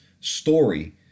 story